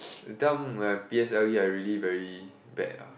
that time when I p_s_l_e are really very bad ah